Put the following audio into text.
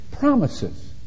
promises